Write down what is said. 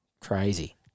Crazy